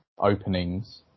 openings